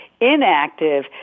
inactive